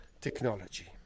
technology